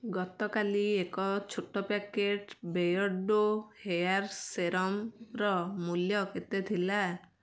ଗତକାଲି ଏକ ଛୋଟ ପ୍ୟାକେଟ୍ ବେୟର୍ଡ଼ୋ ହେୟାର୍ ସେରମର ମୂଲ୍ୟ କେତେ ଥିଲା